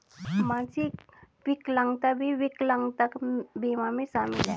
मानसिक विकलांगता भी विकलांगता बीमा में शामिल हैं